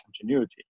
continuity